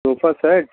sofa set